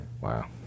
Wow